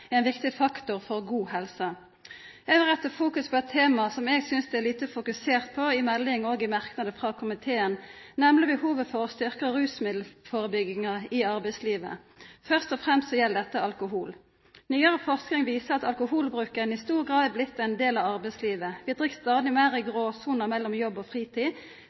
er ein viktig faktor for god helse. Eg vil rette merksemda mot eit tema som eg synest det er lite fokusert på i meldinga og i merknadene frå komiteen, nemleg behovet for å styrkja rusmiddelførebygginga i arbeidslivet. Først og fremst gjeld dette alkohol. Nyare forsking viser at alkoholbruken i stor grad er blitt ein del av arbeidslivet. Vi drikk stadig meir i gråsona mellom jobb og fritid.